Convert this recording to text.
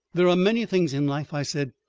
there are many things in life, i said,